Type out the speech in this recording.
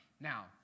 Now